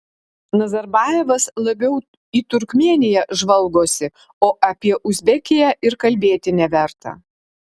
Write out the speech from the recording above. nazarbajevas labiau į turkmėniją žvalgosi o apie uzbekiją ir kalbėti neverta